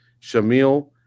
Shamil